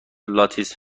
لاتیس